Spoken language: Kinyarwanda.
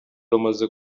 rumaze